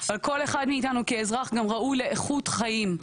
אבל כל אחד מאיתנו כאזרח גם ראוי לאיכות חיים.